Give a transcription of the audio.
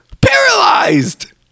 paralyzed